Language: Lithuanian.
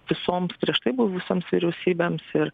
visoms prieš tai buvusioms vyriausybėms ir